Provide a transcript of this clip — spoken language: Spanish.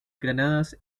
granadas